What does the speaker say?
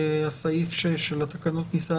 הסעיף של תקנות הכניסה,